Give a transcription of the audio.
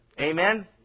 Amen